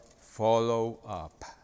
follow-up